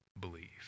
believe